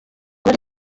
kuba